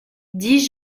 dis